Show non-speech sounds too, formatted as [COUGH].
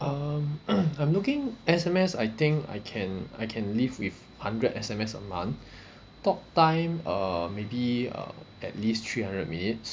um [NOISE] I'm looking S_M_S I think I can I can live with hundred S_M_S a month [BREATH] talk time uh maybe uh at least three hundred minutes